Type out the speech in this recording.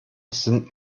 sind